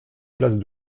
place